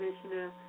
Commissioner